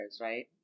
right